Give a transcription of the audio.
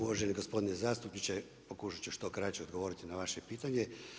Uvaženi gospodine zastupniče, pokušati ću što kraće odgovoriti na vaše pitanje.